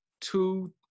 two